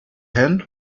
hand